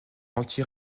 anti